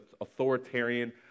authoritarian